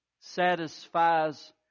satisfies